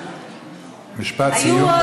משפט סיום, בבקשה.